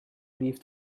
leave